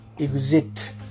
exit